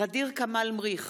ע'דיר כמאל מריח,